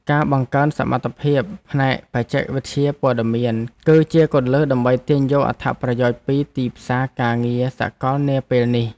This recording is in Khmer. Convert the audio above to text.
ការបង្កើនសមត្ថភាពផ្នែកបច្ចេកវិទ្យាព័ត៌មាន គឺជាគន្លឹះដើម្បីទាញយកអត្ថប្រយោជន៍ពីទីផ្សារការងារសកលនាពេលនេះ។